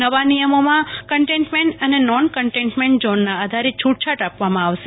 નવા નિયમોમાં કન્ટેઈન્મેન્ટ અને નોન કન્ટેઈન્મેન્ટ ઝોનના આધારે છૂટછાટ આપવામાં આવશે